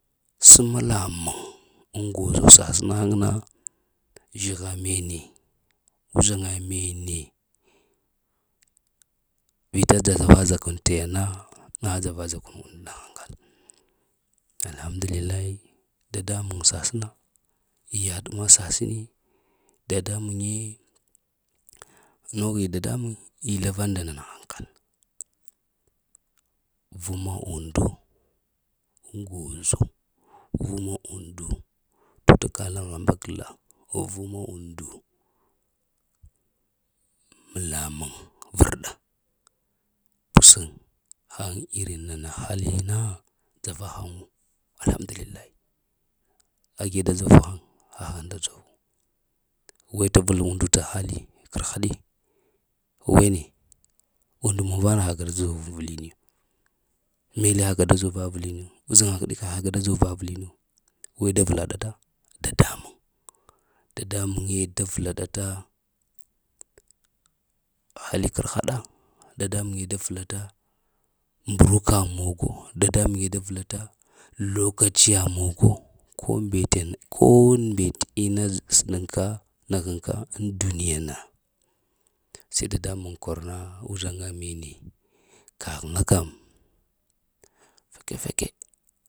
Səma lamuŋ ŋ gozo sasəna haŋ na zhiha mene uzhaŋa mene vita dza dzana t yana a dzava kun unda nda hankal. Alhamdulillah dadmuŋ sasəna yaɗ ma saseni dadamuŋe noghi dadamuŋ izlavaɗ nda nana hankal vuma undu ŋ gozo, vuma undu t utaka la hambakzla, u vuma undu muŋ lamuŋ vrŋa. Kusan han irin nana halina dzava haŋu alhamdulillah. Age da dzuv haŋ, hahaŋ da dzovu, we da vul unda t hali karhadi wene und mu vana haka da dzur avlinu mele haka da dzor avlinu, uzhan heɗeka haka da dzor avlinu we da vla ɗata. Dadamu dadamuŋe da vla ɗata hali karhaɗa. Dadamuŋe da vlaɗata mbruka mogo, dadamuŋe da vla ɗata lokaciya mogo, ko mbete ko mbete ina senəka, neheŋka ŋ doniya na se dadamuŋ kor na uzhaŋa mene, kagh na kəm fake-fake